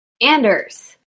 Anders